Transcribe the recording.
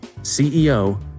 CEO